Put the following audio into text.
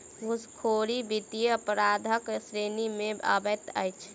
घूसखोरी वित्तीय अपराधक श्रेणी मे अबैत अछि